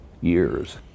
years